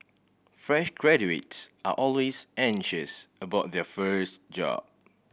fresh graduates are always anxious about their first job